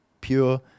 pure